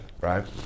right